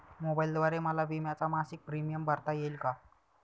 मोबाईलद्वारे मला विम्याचा मासिक प्रीमियम भरता येईल का?